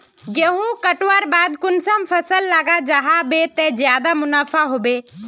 गेंहू कटवार बाद कुंसम फसल लगा जाहा बे ते ज्यादा मुनाफा होबे बे?